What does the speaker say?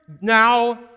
now